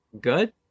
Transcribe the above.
good